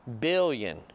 Billion